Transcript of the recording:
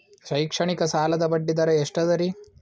ಶೈಕ್ಷಣಿಕ ಸಾಲದ ಬಡ್ಡಿ ದರ ಎಷ್ಟು ಅದರಿ?